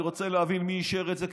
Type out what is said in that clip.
אני רוצה להבין מי אישר את זה,